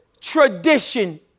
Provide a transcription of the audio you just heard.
tradition